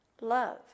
Love